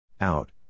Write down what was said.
out